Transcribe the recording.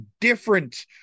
different